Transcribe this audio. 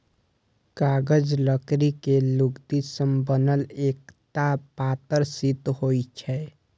कागज लकड़ी के लुगदी सं बनल एकटा पातर शीट होइ छै